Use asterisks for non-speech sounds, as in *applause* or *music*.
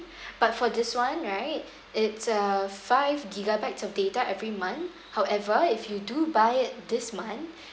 *breath* but for this [one] right it's a five gigabytes of data every month however if you do buy it this month *breath*